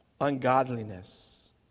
ungodliness